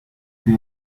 the